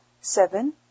seven